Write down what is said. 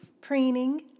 preening